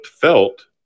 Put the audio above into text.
felt